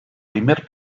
primer